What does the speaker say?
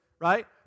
right